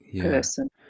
person